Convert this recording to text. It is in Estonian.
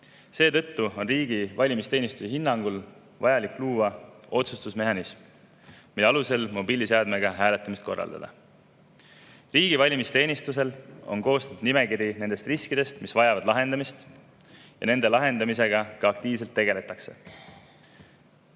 Seetõttu on riigi valimisteenistuse hinnangul vaja luua otsustusmehhanism, mille alusel mobiilseadmega hääletamist korraldada. Riigi valimisteenistusel on koostatud nimekiri riskidest, mis vajavad lahendamist. Nende lahendamisega ka aktiivselt tegeletakse.